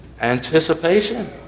Anticipation